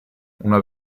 una